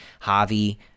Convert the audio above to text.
Javi